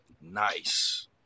nice